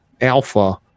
Alpha